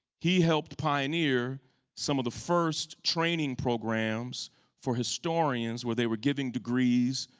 he helped pioneer some of the first training programs for historians where they were giving degrees,